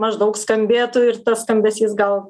maždaug skambėtų ir tas skambesys gal